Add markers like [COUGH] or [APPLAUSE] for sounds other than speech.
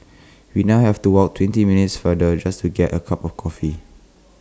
[NOISE] we now have to walk twenty minutes further just to get A cup of coffee